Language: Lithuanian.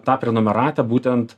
tą prenumeratą būtent